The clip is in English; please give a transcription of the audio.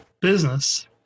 business